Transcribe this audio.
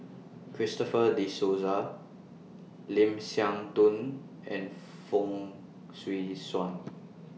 Christopher De Souza Lim Siah Tong and Fong Swee Suan